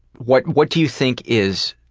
what what do you think is